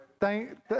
thank